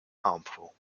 harmful